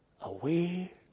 away